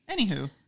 Anywho